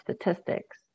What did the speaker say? statistics